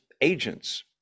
agents